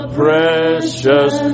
precious